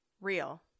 real